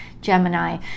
Gemini